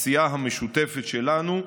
העשייה המשותפת שלנו,